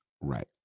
right